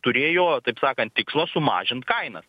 turėjo taip sakant tikslą sumažint kainas